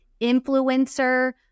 influencer